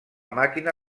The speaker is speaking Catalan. màquina